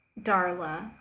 Darla